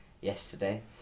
yesterday